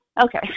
okay